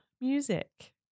music